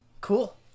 Cool